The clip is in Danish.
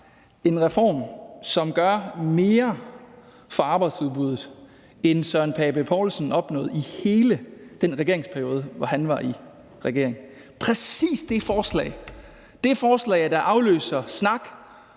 en reform, som gør mere for arbejdsudbuddet, end hr. Søren Pape Poulsen opnåede i hele den regeringsperiode, hvor han var i regering. Præcis det forslag, der afløser snak,